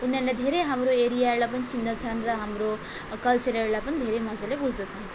उनीहरूले धेरै हाम्रो एरियाहरूलाई पनि चिन्दछन् र हाम्रो कल्चरहरूलाई पनि धेरै मान्छेले बुझ्दछन्